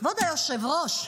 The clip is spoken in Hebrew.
כבוד היושב-ראש,